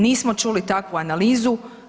Nismo čuli takvu analizu.